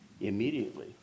immediately